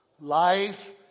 life